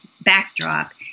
backdrop